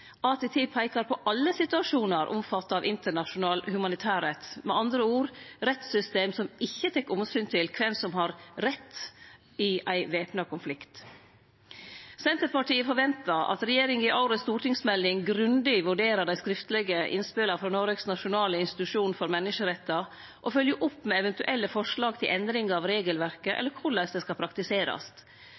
peikar på alle situasjonar omfatta av internasjonal humanitærrett, med andre ord rettssystem som ikkje tek omsyn til kven som har «rett» i ein væpna konflikt. Senterpartiet forventar at regjeringa i årets stortingsmelding grundig vurderer dei skriftlege innspela frå Noregs nasjonale institusjon for menneskerettar og følgjer opp med eventuelle forslag til endringar av regelverket eller korleis det skal praktiserast.